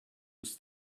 was